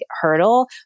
hurdle